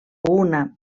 una